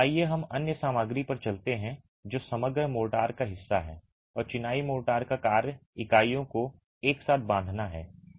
आइए हम अन्य सामग्री पर चलते हैं जो समग्र मोर्टार का हिस्सा है और चिनाई मोर्टार का कार्य इकाइयों को एक साथ बांधना है